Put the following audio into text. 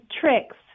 tricks